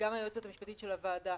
וגם היועצת המשפטית של הוועדה